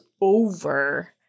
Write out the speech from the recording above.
over